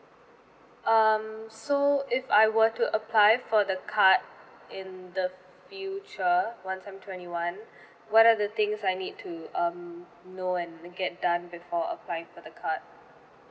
um so if I were to apply for the card in the future once I'm twenty one what are the things I need to um know and get done before applying for the card